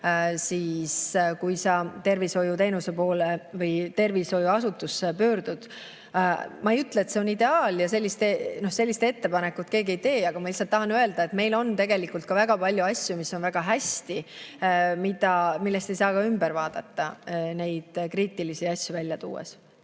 arve, kui sa tervishoiuteenuse osutaja poole või tervishoiuasutusse pöördud. Ma ei ütle, et see on ideaal, ja sellist ettepanekut keegi ka ei tee, aga ma lihtsalt tahan öelda, et meil on tegelikult väga palju asju, mis on väga hästi ja millest ei saa mööda vaadata neid kriitilisi asju välja tuues.